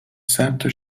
صدتا